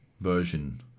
version